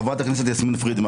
חברת הכנסת פרידמן.